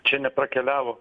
čia nepakeliavo